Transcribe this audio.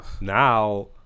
now